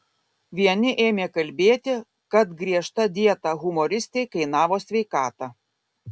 vieni ėmė kalbėti kad griežta dieta humoristei kainavo sveikatą